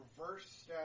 reverse